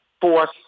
force